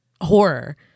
horror